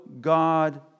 God